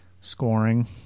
scoring